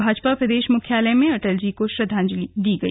भाजपा प्रदेश मुख्यालय में अटल जी को श्रद्वांजलि दी गई